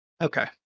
Okay